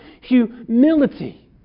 humility